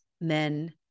men